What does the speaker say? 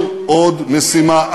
עכשיו, יש לנו עוד משימה.